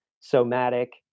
somatic